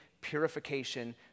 purification